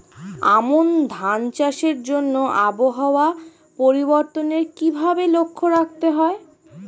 আমন ধান চাষের জন্য আবহাওয়া পরিবর্তনের কিভাবে লক্ষ্য রাখতে হয়?